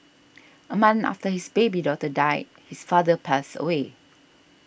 a month after his baby daughter died his father passed away